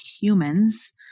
humans